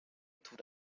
tut